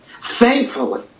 Thankfully